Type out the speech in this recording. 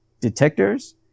detectors